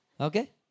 Okay